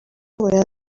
باید